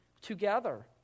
together